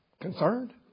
concerned